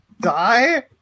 die